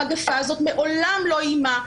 המגפה הזאת מעולם לא איימה,